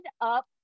up